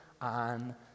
on